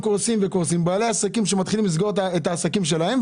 בעלי עסקים שסוגרים את העסקים שלהם,